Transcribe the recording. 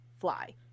fly